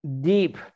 deep